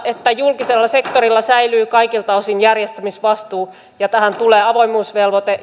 että julkisella sektorilla säilyy kaikilta osin järjestämisvastuu ja tähän tulee avoimuusvelvoite